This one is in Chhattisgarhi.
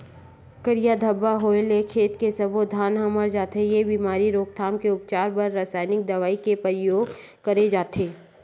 करिया धब्बा होय ले खेत के सब्बो धान ह मर जथे, ए बेमारी के रोकथाम के उपचार बर रसाइनिक दवई के परियोग करे जाथे